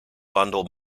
bundle